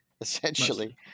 Essentially